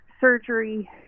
surgery